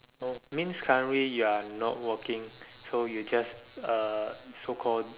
no means currently you are not working so you just uh so called